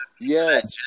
yes